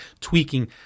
tweaking